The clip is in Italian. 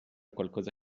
qualcosa